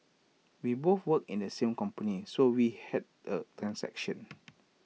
we both work in the same company so we had A transaction